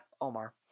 Omar